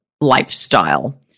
lifestyle